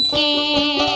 a